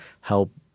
help